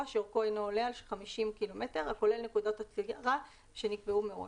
שאורכו אינו עולה על 50 ק"מ הכולל נקודות עצירה שנקבעו מראש,